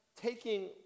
taking